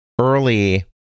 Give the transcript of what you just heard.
early